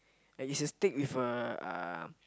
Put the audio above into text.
like it's a stick with a uh